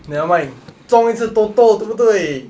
nevermind 中一次 TOTO 对不对